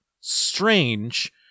strange